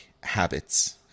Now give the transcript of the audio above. habits